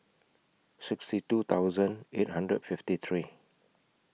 sixty two thousand eight hundred and fifty three